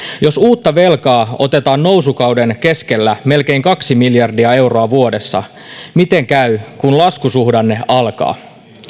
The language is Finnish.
jos uutta velkaa otetaan nousukauden keskellä melkein kaksi miljardia euroa vuodessa miten käy kun laskusuhdanne alkaa